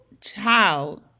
child